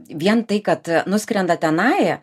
vien tai kad nuskrenda tenai